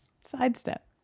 sidestep